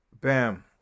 Bam